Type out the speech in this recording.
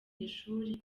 ishuri